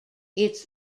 its